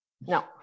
No